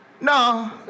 No